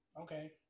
Okay